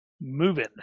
Moving